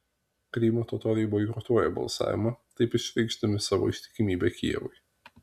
krymo totoriai boikotuoja balsavimą taip išreikšdami savo ištikimybę kijevui